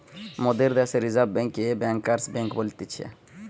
মোদের দ্যাশে রিজার্ভ বেঙ্ককে ব্যাঙ্কার্স বেঙ্ক বলতিছে